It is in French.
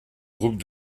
groupes